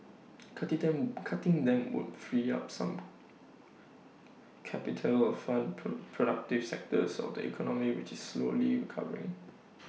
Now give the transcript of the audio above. cutting them cutting them would free up some capital of fund pro productive sectors of the economy which is slowly recovering